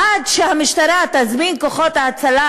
עד שהמשטרה תזמין כוחות הצלה,